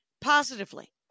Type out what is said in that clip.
Positively